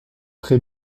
très